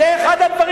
לא, הוא מדבר